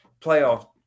playoff